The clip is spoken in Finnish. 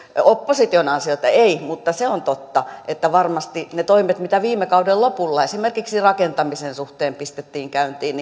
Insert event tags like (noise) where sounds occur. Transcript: opposition ansiota ei mutta se on totta että varmasti niillä toimilla mitä viime kauden lopulla esimerkiksi rakentamisen suhteen pistettiin käyntiin (unintelligible)